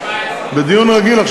עכשיו אנחנו בדיון רגיל.